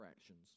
actions